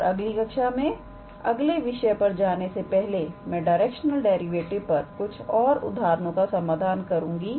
और अगली कक्षा में अगले विषय पर जाने से पहले मैं डायरेक्शनल डेरिवेटिव पर कुछ और उदाहरणों का समाधान करूंगी